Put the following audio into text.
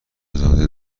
زاده